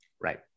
Right